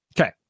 Okay